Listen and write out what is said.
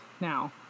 now